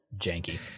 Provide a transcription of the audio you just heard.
janky